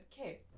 Okay